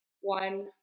one